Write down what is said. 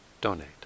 donate